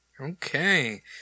Okay